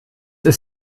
ist